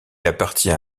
appartient